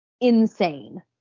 insane